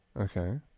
Okay